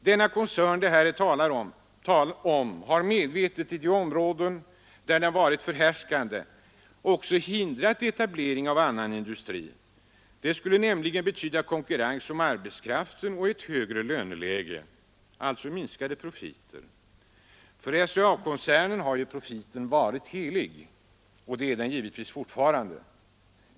Den koncern det här är tal om har medvetet i de områden där den varit förhärskande också hindrat etablering av annan industri. Det skulle nämligen betyda konkurrens om arbetskraften och ett högre löneläge, alltså minskade profiter. För SCA-koncernen har profiten varit helig, och det är den givetvis fortfarande.